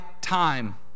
time